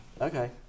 Okay